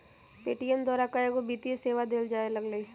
Paytm द्वारा कएगो वित्तीय सेवा देल जाय लगलई ह